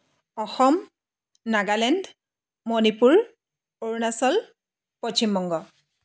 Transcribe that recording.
Assam Nagaland Manipur Arunachal Paschimbanga